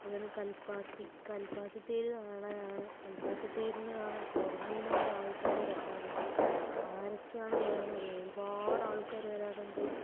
അതുപോലെ കൽപ്പാത്തി കൽപ്പാത്തി തേര് കാണാനാണ് കല്പാത്തി തേര് കാണാൻ പുറമെ നിന്ന് വരെ ആൾക്കാർ ഇവിടെ എത്താറുണ്ട് ആരൊക്കെയാണ് വരികയെന്ന് അറിയോ ഒരുപാട് ആൾക്കാർ വരാറുണ്ട്